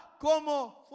como